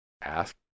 Ask